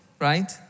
Right